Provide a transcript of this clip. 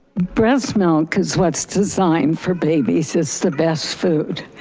breast milk is what's designed for babies, it's the best food.